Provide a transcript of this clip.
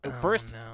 First